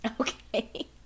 okay